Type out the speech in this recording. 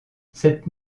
cette